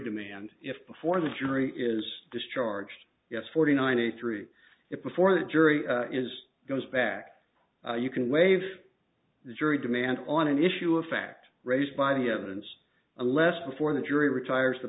demand if before the jury is discharged yes forty nine eighty three if before the jury is goes back you can waive the jury demand on an issue of fact raised by the evidence unless before the jury retires t